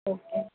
okay